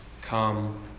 come